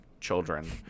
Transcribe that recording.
children